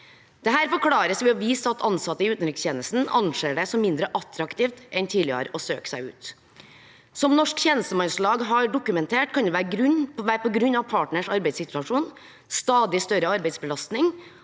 Dette forklares ved å vise til at ansatte i utenrikstjenesten anser det som mindre attraktivt enn tidligere å søke seg ut. Som Norsk Tjenestemannslag har dokumentert, kan det være på grunn av partners arbeidssituasjon, stadig større arbeidsbelastning,